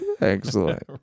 Excellent